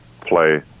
play